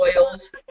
oils